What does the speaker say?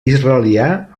israelià